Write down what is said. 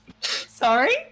Sorry